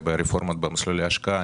לגבי הרפורמה במסלולי ההשקעה.